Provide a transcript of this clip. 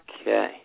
okay